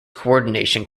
coordination